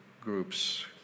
groups